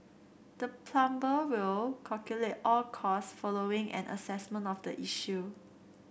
the plumber will calculate all cost following an assessment of the issue